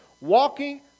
walking